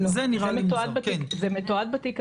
זה לא עניינו